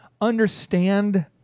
understand